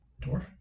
Dwarf